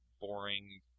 boring